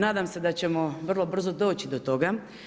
Nadam se da ćemo vrlo brzo doći do toga.